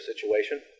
situation